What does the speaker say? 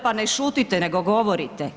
Pa ne šutite, nego govorite.